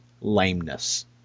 lameness